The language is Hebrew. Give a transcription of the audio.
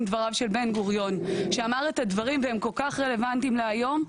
דבריו של בן גוריון שאמר את הדברים והם כל כך רלוונטיים להיום,